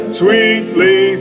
sweetly